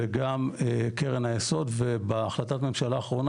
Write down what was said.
וגם קרן היסוד ובהחלטת ממשלה אחרונה,